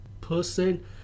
person